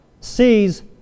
sees